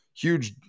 Huge